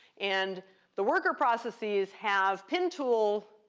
and the worker processes have pin tool